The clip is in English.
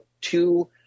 two